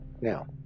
Now